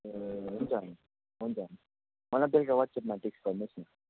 ए हुन्छ हुन्छ मलाई बेलुका वाट्सएपमा टेक्स्ट गर्नुहोस् न